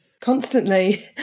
Constantly